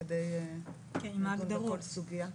כן, ואז ניכנס לכל סוגיה וסוגיה.